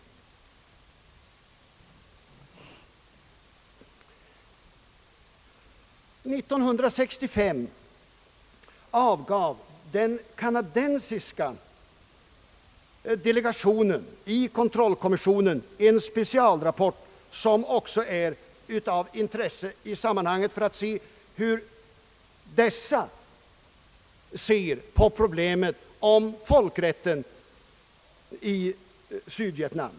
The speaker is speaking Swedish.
År 1965 avgav den kanadensiska delegationen i kontrollkommissionen en specialrapport som också är av intresse i sammanhanget för att belysa hur man ser på problemet om folkrätten i Sydvietnam.